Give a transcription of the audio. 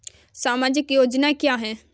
सामाजिक योजना क्या है?